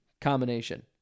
combination